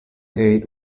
ate